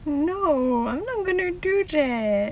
no I'm not going to do that